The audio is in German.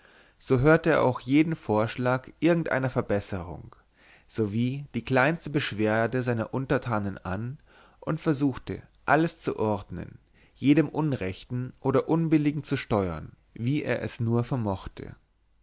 so hörte er auch jeden vorschlag irgendeiner verbesserung sowie die kleinste beschwerde seiner untertanen an und suchte alles zu ordnen jedem unrechten oder unbilligen zu steuern wie er es nur vermochte